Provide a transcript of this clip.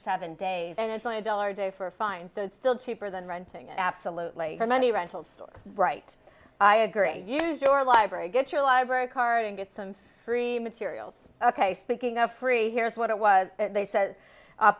seven days and it's only a dollar a day for a fine so it's still cheaper than renting absolutely from any rental store right i agree use your library get your library card and get some free materials ok speaking of free here's what it was they said